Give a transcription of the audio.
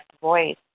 voice